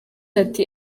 ati